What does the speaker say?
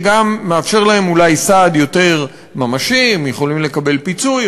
שגם מאפשר להם אולי סעד יותר ממשי: הם יכולים לקבל פיצוי,